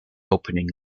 opening